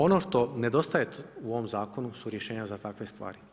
Ono što nedostaje u ovom zakonu su rješenja za takve stvari.